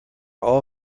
all